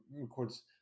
records